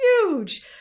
huge